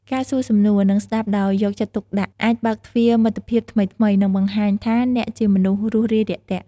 ការសួរសំណួរ និងស្ដាប់ដោយយកចិត្តទុកដាក់អាចបើកទ្វារមិត្តភាពថ្មីៗ និងបង្ហាញថាអ្នកជាមនុស្សរួសរាយរាក់ទាក់។